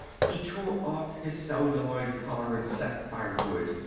he tore off his celluloid collar and set fire to it.